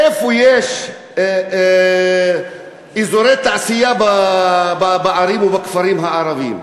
איפה יש אזורי תעשייה בערים ובכפרים הערביים?